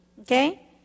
okay